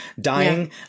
dying